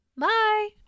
Bye